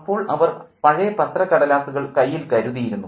അപ്പോൾ അവർ പഴയ പത്രക്കടലാസുകൾ കയ്യിൽ കരുതിയിരുന്നു